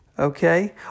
okay